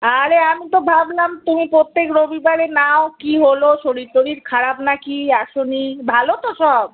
আরে আমি তো ভাবলাম তুমি প্রত্যেক রবিবারে নাও কী হল শরীর টরির খারাপ নাকি আসনি ভালো তো সব